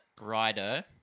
rider